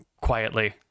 quietly